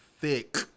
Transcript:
thick